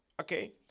okay